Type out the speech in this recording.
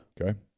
Okay